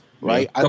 right